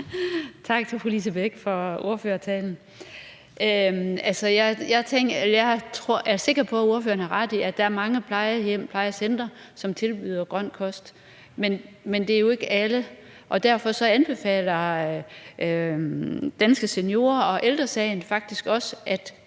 Tak til fru Lise Bech for ordførertalen. Jeg er sikker på, at ordføreren har ret i, at der er mange plejehjem og plejecentre, som tilbyder grøn kost, men det er jo ikke alle, og derfor anbefaler Danske Seniorer og Ældre Sagen faktisk også, at